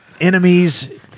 enemies